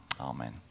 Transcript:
Amen